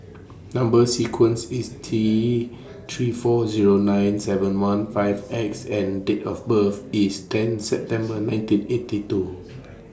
Number sequence IS T three four Zero nine seven one five X and Date of birth IS ten September nineteen eighty two